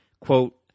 quote